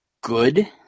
good